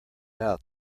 out